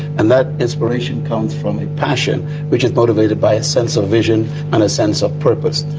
and that inspiration comes from a passion which is motivation by a sense of vision, and a sense of purpose.